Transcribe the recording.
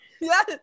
Yes